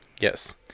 Yes